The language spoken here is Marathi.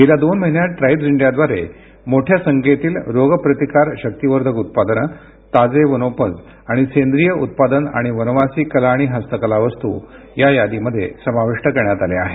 गेल्या दोन महिन्यात ट्राईब्ज इंडियाद्वारे मोठ्या संख्येतील रोग प्रतिकार शक्तिवर्धक उत्पादने ताजे वनोपज आणि सेंद्रिय उत्पादन आणि वनवासी कला आणि हस्तकला वस्तू या यादीमध्ये समाविष्ट करण्यात आल्या आहेत